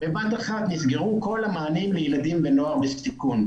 בבת אחת נסגרו כל המענים לילדים ונוער בסיכון,